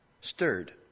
Stirred